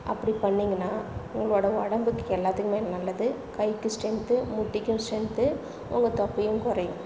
அப்படி பண்ணீங்கன்னால் உங்களோட உடம்புக்கு எல்லாத்துக்குமே நல்லது கைக்கு ஸ்ட்ரென்த்து முட்டிக்கும் ஸ்ட்ரென்த்து உங்கள் தொப்பையும் குறையும்